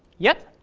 yet.